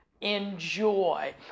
enjoy